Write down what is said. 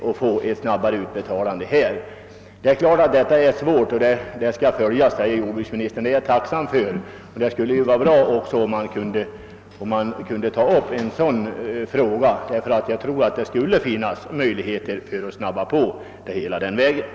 På så sätt skulle det kanske vara möjligt att åstadkomma snabbare utbetalning av skördeskadeskyddet. Jag är tacksam för att jordbruksministern säger att denna fråga skall prövas; jag tror att det finns möjligheter att den vägen göra utbetalningarna snabbare.